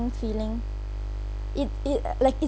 feeling it it like it's